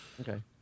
Okay